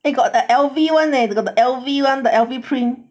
they got the L_V one leh they got the L_V one the L_V print